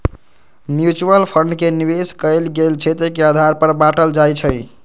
mutual fund के निवेश कएल गेल क्षेत्र के आधार पर बाटल जाइ छइ